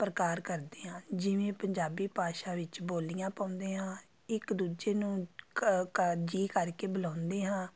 ਪ੍ਰਕਾਰ ਕਰਦੇ ਹਾਂ ਜਿਵੇਂ ਪੰਜਾਬੀ ਭਾਸ਼ਾ ਵਿੱਚ ਬੋਲੀਆਂ ਪਾਉਂਦੇ ਹਾਂ ਇੱਕ ਦੂਜੇ ਨੂੰ ਜੀ ਕਰਕੇ ਬੁਲਾਉਂਦੇ ਹਾਂ